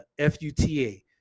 futa